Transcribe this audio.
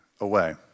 away